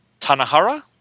Tanahara